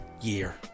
year